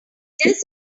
does